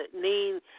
need